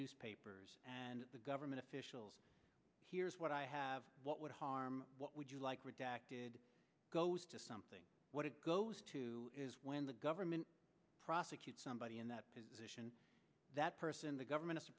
newspapers and the government officials here's what i have what would harm what would you like redacted goes to something what it goes to is when the government prosecute somebody in that position that person the government